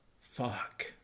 Fuck